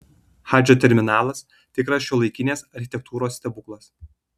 hadžo terminalas tikras šiuolaikinės architektūros stebuklas